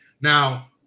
Now